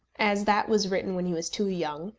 as that was written when he was too young,